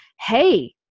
hey